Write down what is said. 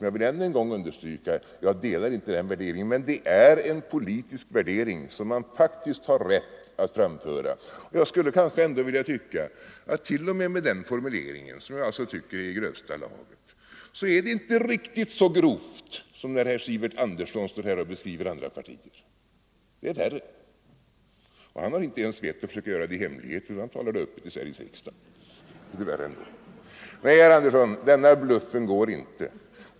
Jag vill än en gång understryka: Jag delar inte den värderingen, men det är en politisk värdering som man faktiskt har rätt att framföra. Jag skulle ändå kanske vilja säga, att inte ens med den här formuleringen, som jag alltså tycker är i grövsta laget, blir det inte riktigt så grovt som när herr Sten Andersson står här och beskriver andra partier — och han har inte ens vett att försöka göra det i hemlighet, utan han talar öppet i Sveriges riksdag, och det är värre ändå. Nej, herr Sten Andersson, den här bluffen går inte.